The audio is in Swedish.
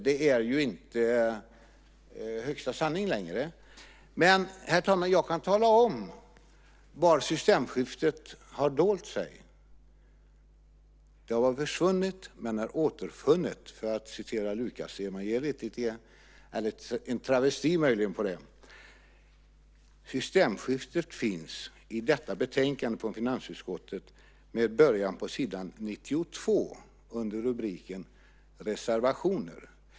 Det är inte högsta sanning längre. Jag kan tala om var systemskiftet har dolt sig. Det har försvunnit men är återfunnet, för att möjligen travestera Lukasevangeliet. Systemskiftet finns i detta betänkande från finansutskottet med början på s. 92 under rubriken Reservationer.